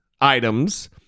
items